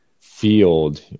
field